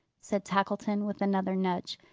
said tackleton with another nudge.